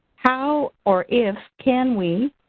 how or if can we